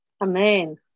Amen